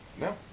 No